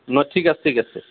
নহয় ঠিক আছে ঠিক আছে